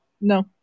No